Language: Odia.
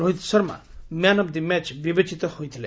Rohit Sharma man of the match ବିବେଚିତ ହୋଇଥିଲେ